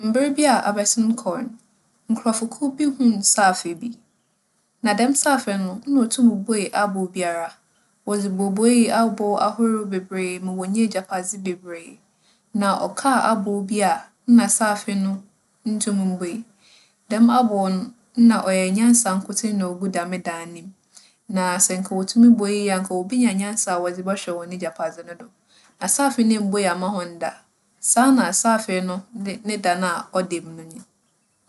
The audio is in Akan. Mber bi a abɛsen kͻ no, nkorͻfokuw bi hun saafee bi. Na dɛm saafee no, nna otum bue abow biara. Wͻdze bobuee abow ahorow beberee ma wonyaa egyapadze beberee. Na ͻkaa abow bi a nna saafee no nntum mmbue. Dɛm abow no, nna ͻyɛ nyansa nkotsee na ogu dɛm dan no mu. Na sɛ nka wotumii buei a nka wobenya nyansa a wͻdze bͻhwɛ hͻn egyapadze no do. Na saafee no emmbue amma hͻn da. Saa na saafee no ne - ne dan a ͻda mu nye no.